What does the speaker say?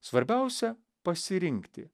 svarbiausia pasirinkti